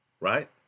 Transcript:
right